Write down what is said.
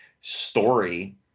story